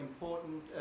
important